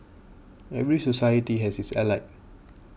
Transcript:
every society has its elite